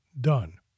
done